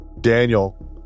Daniel